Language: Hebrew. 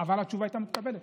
אבל התשובה הייתה מתקבלת.